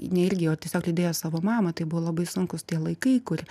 ne irgi o tiesiog lydėjo savo mamą tai buvo labai sunkūs tie laikai kur